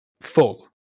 full